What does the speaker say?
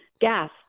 gas